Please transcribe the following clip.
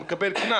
הוא מקבל קנס.